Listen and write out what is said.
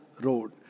road